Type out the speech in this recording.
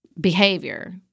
behavior